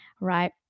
right